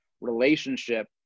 relationship